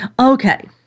Okay